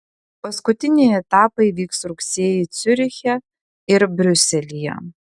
paskutiniai etapai vyks rugsėjį ciuriche ir briuselyje